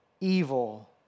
evil